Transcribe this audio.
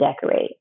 decorate